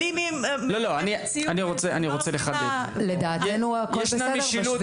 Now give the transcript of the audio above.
אבל --- לדעתנו הכל שם בסדר.